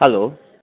hello